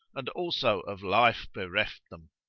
and also of life bereft them.